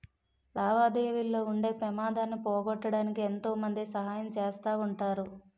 లావాదేవీల్లో ఉండే పెమాదాన్ని పోగొట్టడానికి ఎంతో మంది సహాయం చేస్తా ఉంటారు